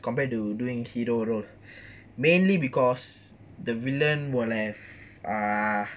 compared to doing hero role mainly because the villain will have ah